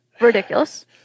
ridiculous